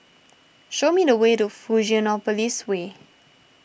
show me the way to Fusionopolis Way